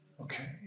okay